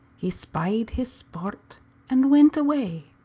he spied his sport and went away,